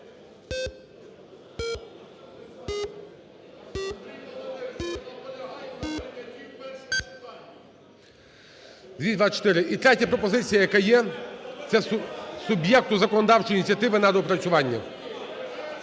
І третя пропозиція, яка є, це суб'єкту законодавчої ініціативи на доопрацювання.